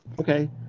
Okay